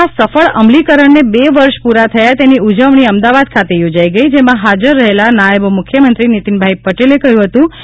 ના સફળ અમલીકરણને બે વર્ષ પુરા થયા તેની ઉજવણી અમદાવાદ ખાતે યોજાઇ ગઇ જેમાં હાજર રહેલા નાયબ મુખ્યમંત્રી નિતિનભાઇ પટેલે કહ્યું હતું કે જી